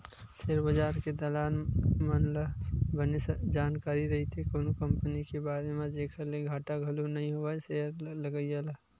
share बजार के दलाल मन ल बने जानकारी रहिथे कोनो कंपनी के बारे म जेखर ले घाटा घलो नइ होवय सेयर लगइया ल